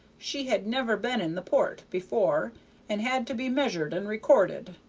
she had never been in the port before and had to be measured and recorded,